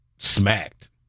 smacked